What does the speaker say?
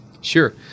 Sure